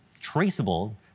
traceable